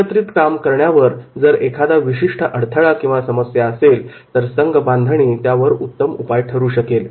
एकत्रित काम करण्यावर जर एखादा विशिष्ट अडथळा किंवा समस्या असेल तर संघबांधणी त्यावर उपाय ठरू शकेल